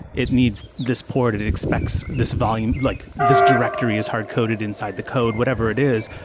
it needs this support and it expects this volume like this directory is hardcoded inside the code, whatever it is.